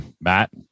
Matt